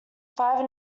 five